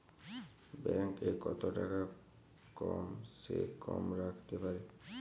Bank এ কত টাকা কম সে কম রাখতে পারি?